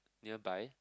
nearby